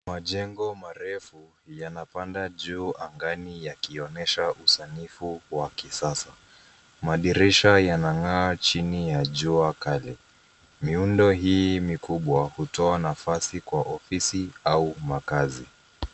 Majengo marefu yanapanda juu angani yakionyesha usanifu wa kisasa. Madirisha yanang'aa chini ya jua kali. Miundo hii mikubwa hutoa nafasi kwa ofisi au makazi.